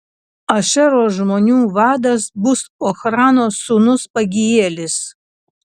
ašero žmonių vadas bus ochrano sūnus pagielis